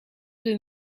deux